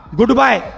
goodbye